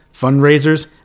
fundraisers